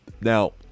Now